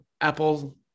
apple